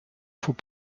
faut